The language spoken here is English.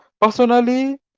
personally